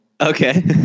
Okay